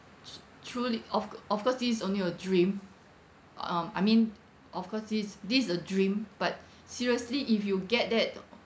tru~ truly of of course this is only your dream um I mean of course this this is a dream but seriously if you get that